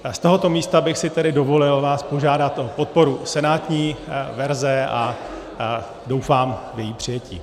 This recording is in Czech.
Z tohoto místa bych si tedy dovolil vás požádat o podporu senátní verze a doufám v její přijetí.